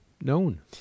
known